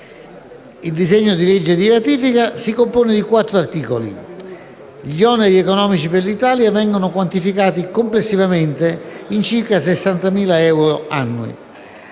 Il disegno di legge di ratifica si compone di quattro articoli. Gli oneri economici per l'Italia vengono quantificati complessivamente in circa 60.000 euro annui.